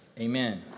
Amen